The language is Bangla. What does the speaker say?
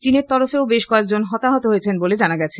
চীনের তরফেও বেশ কয়েকজন হতাহত হয়েছেন বলে জানা গেছে